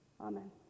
Amen